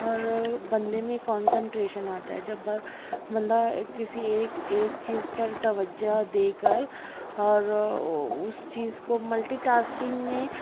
اور بندے میں کنسنٹریشن آتا ہے جب بندہ کسی ایک ایک چیز پر توجہ دے کر اور اس چیز کو ملٹی ٹاسکنگ نے